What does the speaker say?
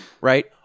Right